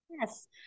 yes